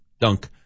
Dunk